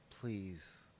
please